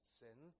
sin